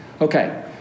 Okay